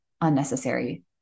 unnecessary